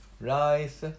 rice